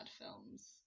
films